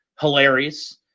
hilarious